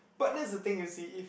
but that's the thing you see if